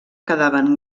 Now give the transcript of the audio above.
quedaven